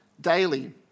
daily